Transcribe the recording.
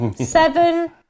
seven